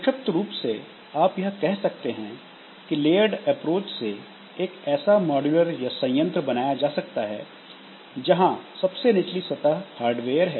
संक्षिप्त रूप से आप यह कह सकते हैं कि लेयर्ड अप्रोच से एक ऐसा मॉड्यूलर संयंत्र बनाया जा सकता है जहां सबसे निचली सतह हार्डवेयर है